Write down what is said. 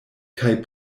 kaj